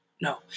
No